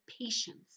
patience